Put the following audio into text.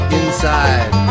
inside